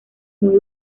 muy